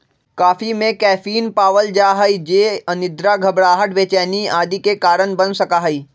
coffee में caffeine पावल जा हई जो अनिद्रा, घबराहट, बेचैनी आदि के कारण बन सका हई